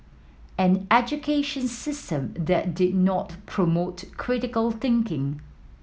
an education system that did not promote critical thinking